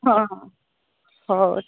ହଁ ହଁ ହଉ